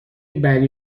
بری